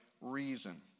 reason